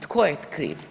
Tko je kriv?